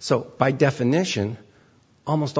so by definition almost